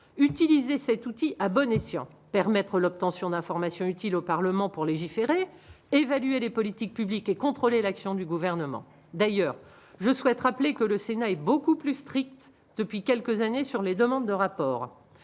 utiliser cet outil à bon escient, permettre l'obtention d'informations utiles au Parlement pour légiférer, évaluer les politiques publiques et contrôler l'action du gouvernement, d'ailleurs, je souhaite rappeler que le Sénat est beaucoup plus strictes depuis quelques années sur les demandes de rapport